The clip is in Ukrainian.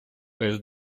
без